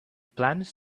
plans